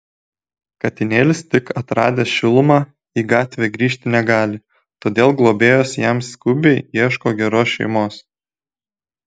katinėlis tik atradęs šilumą į gatvę grįžti negali todėl globėjos jam skubiai ieško geros šeimos